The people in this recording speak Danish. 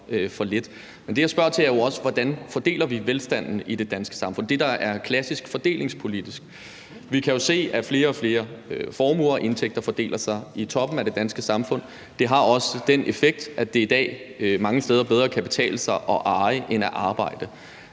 for lidt. Men det, jeg spørger om, er, hvordan vi fordeler velstanden i det danske samfund, altså det, der er klassisk fordelingspolitik. Vi kan jo se, at flere og flere formuer og indtægter fordeler sig i toppen af det danske samfund. Det har også den effekt, at det i dag mange steder bedre kan betale sig at eje end at arbejde.